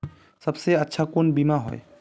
सबसे अच्छा कुन बिमा होय?